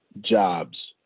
jobs